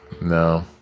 No